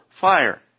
fire